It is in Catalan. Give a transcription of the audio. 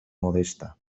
modesta